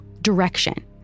Direction